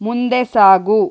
ಮುಂದೆ ಸಾಗು